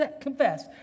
confess